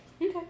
Okay